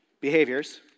behaviors